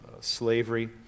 slavery